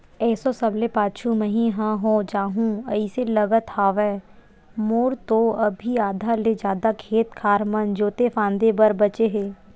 एसो सबले पाछू मही ह हो जाहूँ अइसे लगत हवय, मोर तो अभी आधा ले जादा खेत खार मन जोंते फांदे बर बचें हे